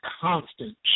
constant